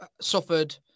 suffered